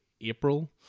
April